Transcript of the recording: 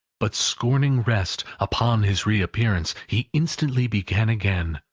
but scorning rest, upon his reappearance, he instantly began again,